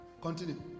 Continue